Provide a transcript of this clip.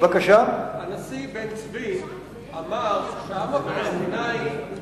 הנשיא בן-צבי אמר שהעם הפלסטיני הוא